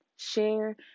share